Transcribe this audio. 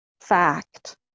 fact